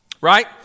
right